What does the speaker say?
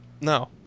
No